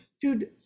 dude